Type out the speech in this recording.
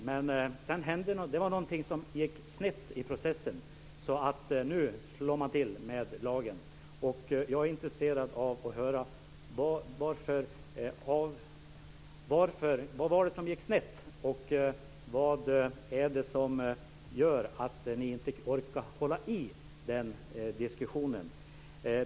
Men sedan var det någonting som gick snett i processen, så nu slår man till med lagen. Jag är intresserad av att höra vad det var som gick snett och vad det är som gör att ni inte orkar hålla i gång den diskussionen.